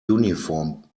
uniform